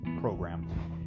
program